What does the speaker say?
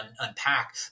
unpack